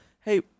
Hey